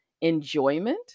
enjoyment